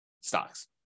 stocks